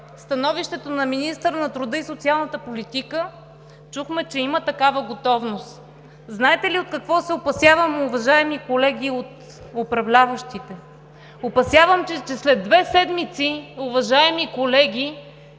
становището на министъра на труда и социалната политика, чухме, че има такава готовност. Знаете ли от какво се опасявам, уважаеми колеги от управляващите? Опасявам се, че след две седмици, уважаеми колеги,